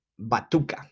Batuka